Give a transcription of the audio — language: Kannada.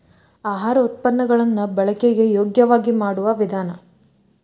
ಆಹಾರ ಉತ್ಪನ್ನ ಗಳನ್ನು ಬಳಕೆಗೆ ಯೋಗ್ಯವಾಗಿ ಮಾಡುವ ವಿಧಾನ